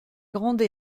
grandes